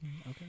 okay